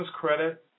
credit